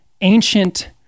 ancient